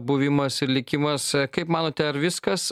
buvimas ir likimas kaip manote ar viskas